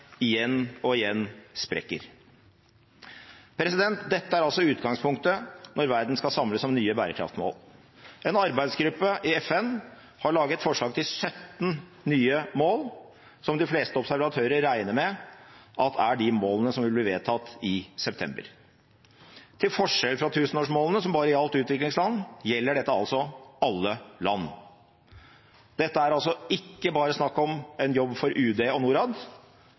igjen og igjen sprekker. Dette er altså utgangspunktet når verden skal samles om nye bærekraftmål. En arbeidsgruppe i FN har laget forslag til 17 nye mål, som de fleste observatører regner med er de målene som vil bli vedtatt i september. Til forskjell fra tusenårsmålene, som bare gjaldt utviklingsland, gjelder dette alle land. Det er altså ikke bare snakk om en jobb for UD og Norad,